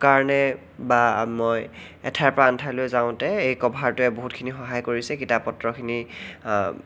কাৰণে বা মই এঠাইৰ পৰা আন ঠাইলৈ যাওঁতে এই কভাৰটোৱে বহুতখিনি সহায় কৰিছে কিতাপ পত্ৰখিনি